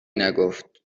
نگفت